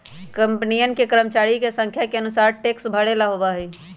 कंपनियन के कर्मचरिया के संख्या के अनुसार टैक्स भरे ला होबा हई